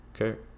Okay